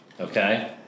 Okay